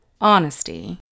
Honesty